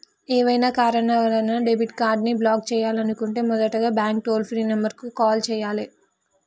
ఏవైనా కారణాల వలన డెబిట్ కార్డ్ని బ్లాక్ చేయాలనుకుంటే మొదటగా బ్యాంక్ టోల్ ఫ్రీ నెంబర్ కు కాల్ చేయాలే